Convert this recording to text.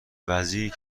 وزیر